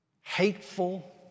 hateful